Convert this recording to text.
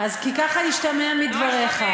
כי ככה השתמע מדבריך.